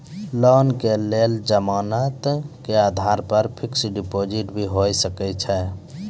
Loan के लेल जमानत के आधार पर फिक्स्ड डिपोजिट भी होय सके छै?